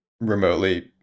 remotely